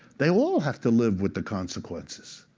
they all have to live with the consequences.